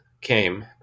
came